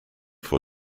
for